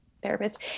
therapist